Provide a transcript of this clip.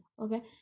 okay